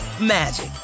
magic